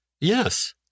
Yes